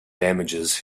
damages